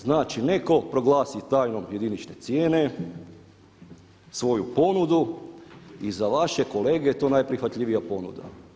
Znači netko proglasi tajnom jedinične cijene svoju ponudu i za vaše kolege je to najprihvatljivija ponuda.